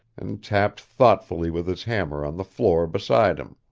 and tapped thoughtfully with his hammer on the floor beside him.